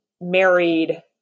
married